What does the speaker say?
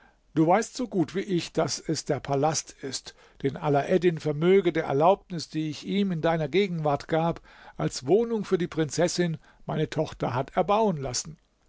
du weißt so gut wie ich daß es der palast ist den alaeddin vermöge der erlaubnis die ich ihm in deiner gegenwart gab als wohnung für die prinzessin meine tochter hat erbauen lassen